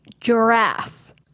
giraffe